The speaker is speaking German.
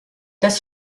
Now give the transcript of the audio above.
das